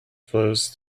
flows